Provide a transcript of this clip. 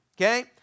okay